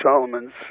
Solomon's